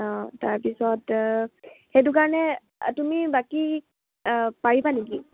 অঁ তাৰপিছত সেইটো কাৰণে তুমি বাকী পাৰিবা নেকি